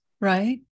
Right